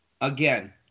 Again